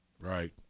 Right